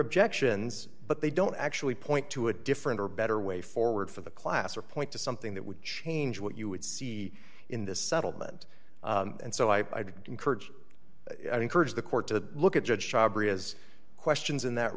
objections but they don't actually point to a different or better way forward for the class or point to something that would change what you would see in this settlement and so i encourage encourage the court to look at judge has questions in that